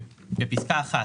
- בפסקה (1),